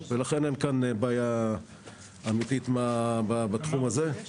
ולכן אין כאן בעיה אמיתית בתחום הזה.